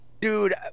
dude